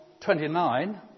29